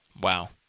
Wow